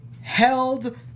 held